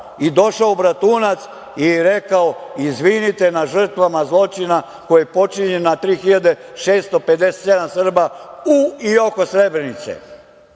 i došao u Bratunac i rekao – izvinite na žrtvama zločina koji je počinjen na 3.657 Srba u i oko Srebrenice,